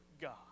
God